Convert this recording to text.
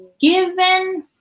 given